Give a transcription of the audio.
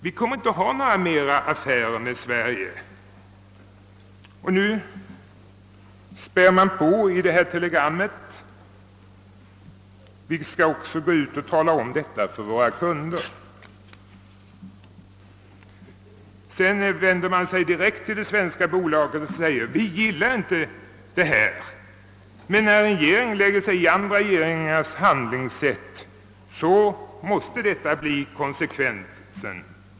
Vi kommer inte att ha några affärer med Sverige. Och så späder man på brevet med att säga: Vi skall också tala om detta för våra kunder. Sedan vänder man sig direkt till det svenska bolaget och säger: Vi gillar inte detta, men när er regering lägger sig i andra regeringars handlingssätt, måste detta bli konsekvensen.